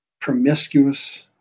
promiscuous